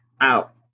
out